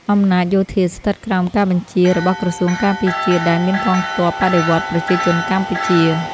អំណាចយោធាស្ថិតក្រោមការបញ្ជារបស់ក្រសួងការពារជាតិ ដែលមានកងទ័ពបដិវត្តន៍ប្រជាជនកម្ពុជា។